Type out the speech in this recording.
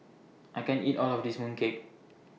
I can't eat All of This Mooncake